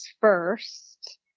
first